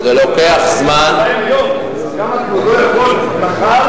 למה כבודו יכול מחר,